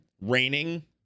raining